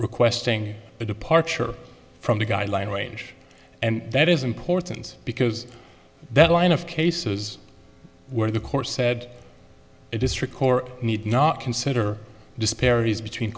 requesting a departure from the guideline range and that is important because that line of cases where the court said it is trick or need not consider disparities between